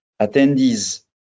attendees